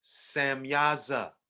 Samyaza